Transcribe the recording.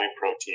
protein